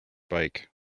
bike